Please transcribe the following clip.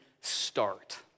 start